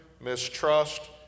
mistrust